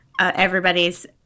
everybody's –